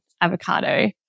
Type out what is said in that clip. avocado